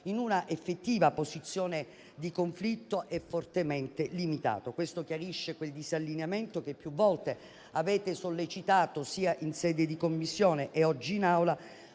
in una effettiva posizione di conflitto è fortemente limitato. Questo chiarisce quel disallineamento che più volte avete sollecitato sia in sede di Commissione e oggi in Aula